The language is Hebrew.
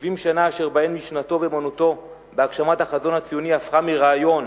70 שנה אשר בהן משנתו ואמונתו בהגשמת החזון הציוני הפכו מרעיון,